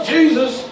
Jesus